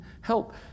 help